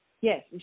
Yes